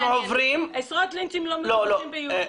עשרות לינצ'ים לא מדווחים ביהודים.